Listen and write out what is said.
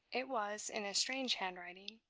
it was in a strange handwriting.